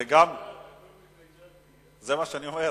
זה מה שאני אומר.